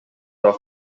off